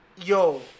Yo